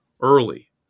early